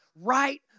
right